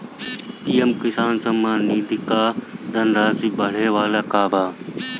PM Kisan Samman Nidhi क धनराशि बढ़े वाला बा का?